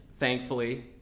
Thankfully